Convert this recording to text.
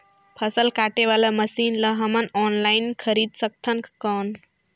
फसल काटे वाला मशीन ला हमन ऑनलाइन खरीद सकथन कौन?